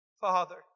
Father